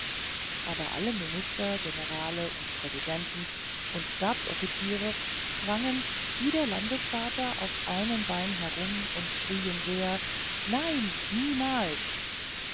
aber alle minister generale und präsidenten und stabsoffiziere sprangen wie der landesvater auf einem beine herum und schrien sehr nein niemals